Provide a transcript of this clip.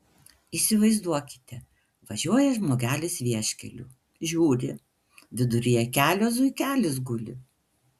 įsivaizduokite važiuoja žmogelis vieškeliu žiūri viduryje kelio zuikelis guli